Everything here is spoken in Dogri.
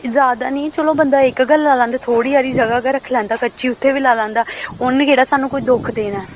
जैदा नेईं चलो बंदा इक गै लाई लैंदा थोह्ड़ी हारी ज'गा गै रक्खी लैंदा कच्ची उत्थै बी लाई लैंदा उ'न्न केह्ड़ा सानूं कोई दुख देना ऐ